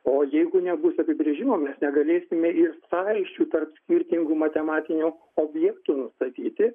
o jeigu nebus apibrėžimo mes negalėsime ir sąryšių tarp skirtingų matematinių objektų nustatyti